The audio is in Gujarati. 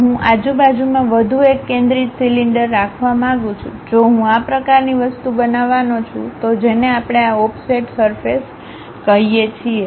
હું આજુબાજુમાં વધુ એક કેન્દ્રિત સિલિન્ડર રાખવા માંગુ છું જો હું આ પ્રકારની વસ્તુ બનાવવાનું છું તો જેને આપણે આ ઓફસેટ સરફેસ કહીએ છીએ